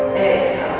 is